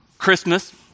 Christmas